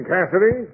Cassidy